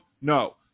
No